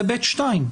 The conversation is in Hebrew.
זה 2(ב)(2).